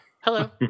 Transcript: Hello